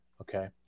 Okay